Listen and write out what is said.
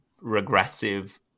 regressive